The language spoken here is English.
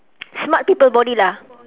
smart people body lah